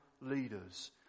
leaders